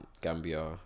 Gambia